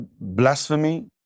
blasphemy